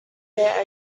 their